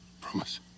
Promise